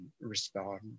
respond